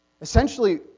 Essentially